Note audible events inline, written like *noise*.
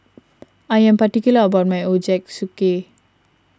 *noise* I am particular about my Ochazuke